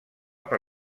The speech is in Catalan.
per